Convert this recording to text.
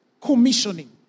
commissioning